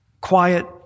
quiet